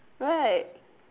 right